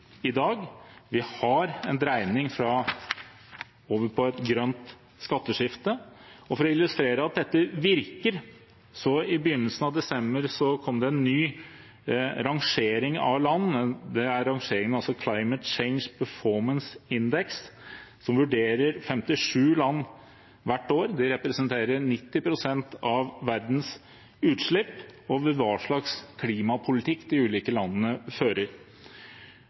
i dag. Vi har en dreining over på et grønt skatteskifte. For å illustrere at dette virker: I begynnelsen av desember kom det en ny rangering av land. Rangeringen Climate Change Performance Index vurderer 57 land hvert år, som representerer 90 pst. av verdens utslipp, over hva slags klimapolitikk de ulike landene fører.